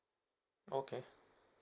okay